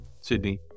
Sydney